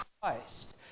Christ